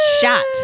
shot